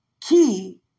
key